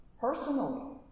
Personally